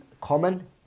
common